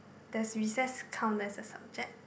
does recess count as a subject